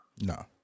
No